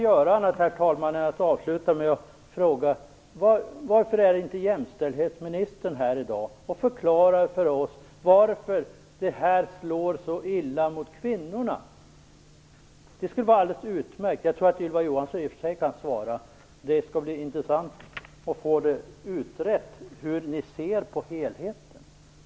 Jag vill avsluta med att fråga: Varför är inte jämställdhetsministern här i dag och förklarar för oss varför det här slår så illa mot kvinnorna? Det skulle vara alldeles utmärkt. Jag tror i och för sig att Ylva Johansson kan svara - det skall bli intressant att få utrett hur ni ser på helheten.